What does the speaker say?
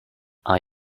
are